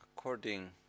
According